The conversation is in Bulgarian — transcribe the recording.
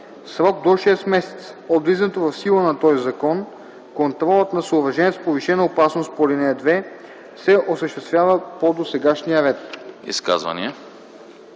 срок до шест месеца от влизането в сила на този закон контролът на съоръженията с повишена опасност по ал. 2 се осъществява по досегашния ред.”